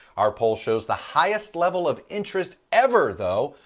our poll shows the highest level of interest ever, though,